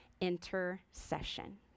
intercession